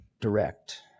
direct